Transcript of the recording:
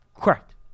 Correct